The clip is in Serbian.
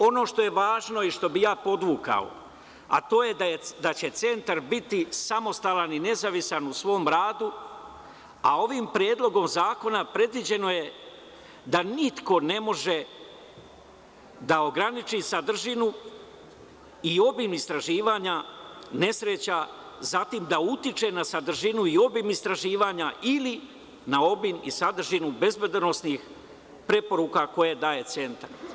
Ono što je važno i što bih ja podvukao, a to je da će Centar biti samostalan i nezavistan u svom radu, a ovim predlogom zakona predviđeno je da niko ne može da ograniči sadržinu i obim istraživanja nesreća, zatim da utiče na sadržinu i obim istraživanja ili na obim i sadržinu bezbednosnih preporuka koje daje Centar.